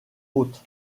haute